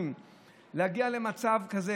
חוץ מזה,